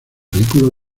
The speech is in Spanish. vehículo